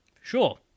Sure